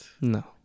No